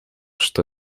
что